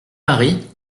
paris